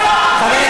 אתה,